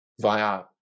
via